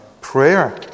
prayer